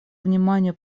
вниманию